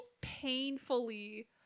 painfully